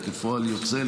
וכפועל יוצא,